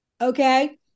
okay